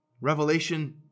Revelation